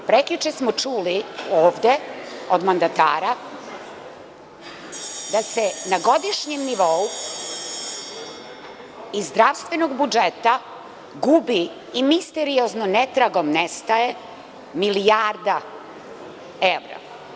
Prekjuče smo čuli, ovde od mandatara, da se na godišnjem nivou iz zdravstvenog budžeta gubi i misteriozna, netragom nestaje milijarda evra.